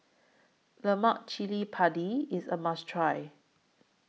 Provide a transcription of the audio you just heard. Lemak Cili Padi IS A must Try